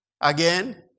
Again